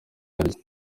arya